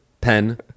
Pen